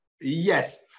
Yes